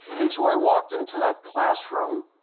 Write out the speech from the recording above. and so i walked into that classroom,